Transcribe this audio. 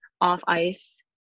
off-ice